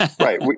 Right